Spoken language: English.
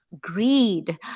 greed